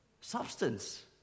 substance